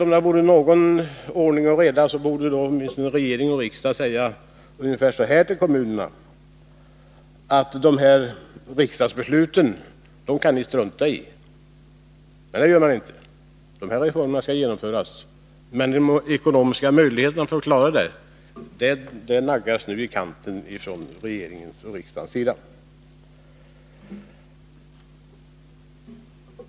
Om det vore någon ordning och reda borde riksdagen åtminstone säga till kommunerna att de där riksdagsbesluten kan ni strunta i. Men det gör inte riksdagen. Reformerna skall genomföras, men de ekonomiska möjligheterna härtill naggas nu i kanten av regering och riksdag.